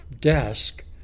desk